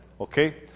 Okay